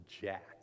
jack